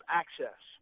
access